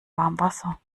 warmwasser